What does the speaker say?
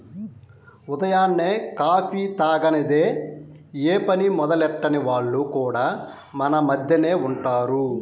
ఉదయాన్నే కాఫీ తాగనిదె యే పని మొదలెట్టని వాళ్లు కూడా మన మద్దెనే ఉంటారు